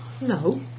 No